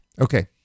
okay